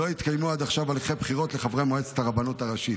לא התקיימו עד עכשיו הליכי בחירות לחברי מועצת הרבנות הראשית,